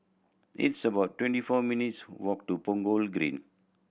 it's about twenty four minutes' walk to Punggol Green